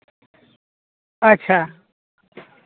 ᱟᱪᱪᱷᱟ